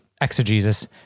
exegesis